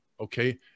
Okay